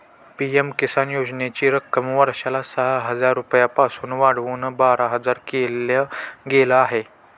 PM Kisan योजनेची रक्कम वर्षाला सहा हजार रुपयांपासून वाढवून बारा हजार केल गेलं आहे